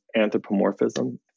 anthropomorphism